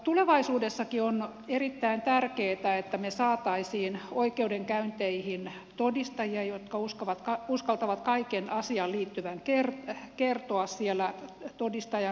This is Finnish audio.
tulevaisuudessakin on erittäin tärkeätä että me saisimme oikeudenkäynteihin todistajia jotka uskaltavat kaiken asiaan liittyvän kertoa siellä todistajan roolissa